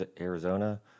Arizona